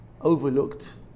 Overlooked